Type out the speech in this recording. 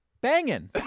banging